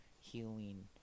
healing